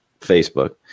facebook